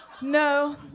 No